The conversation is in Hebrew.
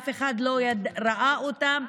אף אחד לא ראה אותם.